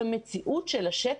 במציאות של השטח,